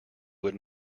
would